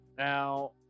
Now